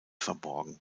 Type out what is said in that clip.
verborgen